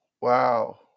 Wow